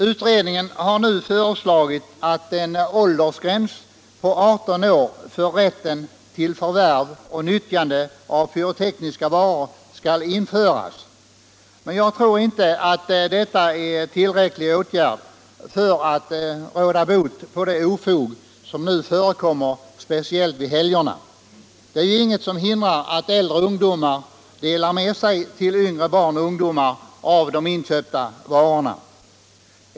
Utredningen har nu föreslagit att en åldersgräns på 18 år för rätten till förvärv och nyttjande av pyrotekniska varor skall införas, men jag tror inte att detta är en tillräcklig åtgärd för att råda bot på det ofog som nu förekommer, speciellt vid helgerna. Det är inget som hindrar att äldre ungdomar delar med sig till yngre barn och ungdomar av de inköpta varorna.